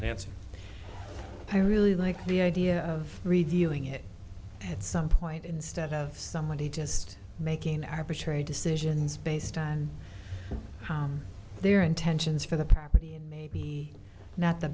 questions answered i really like the idea of revealing it at some point instead of somebody just making arbitrary decisions based on their intentions for the property and maybe not the